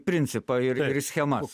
principą ir ir schemas